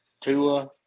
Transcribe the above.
Tua